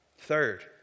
Third